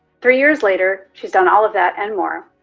three years later she's done all of that and more.